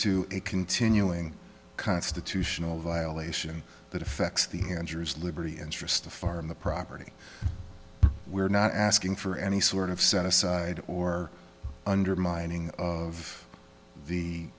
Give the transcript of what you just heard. a continuing constitutional violation that affects the ender's liberty interest the farm the property we're not asking for any sort of set aside or undermining of the